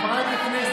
אני בעד דמוקרטיה,